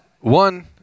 One